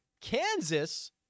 Kansas